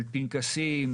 על פנקסים,